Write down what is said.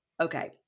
Okay